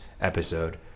episode